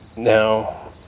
Now